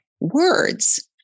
words